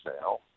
now